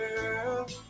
girl